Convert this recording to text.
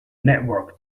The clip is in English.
network